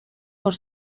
por